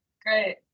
great